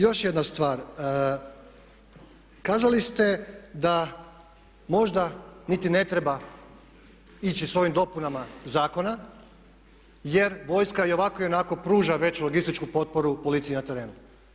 Još jedna stvar, kazali ste da možda niti ne treba ići s ovim dopunama zakona jer vojska ionako pruža već logističku potporu policiji na terenu.